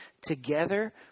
together